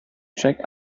check